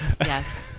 Yes